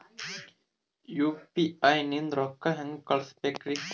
UPI ನಿಂದ ರೊಕ್ಕ ಹೆಂಗ ಕಳಸಬೇಕ್ರಿ?